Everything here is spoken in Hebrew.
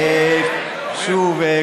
שוב,